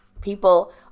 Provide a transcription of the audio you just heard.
People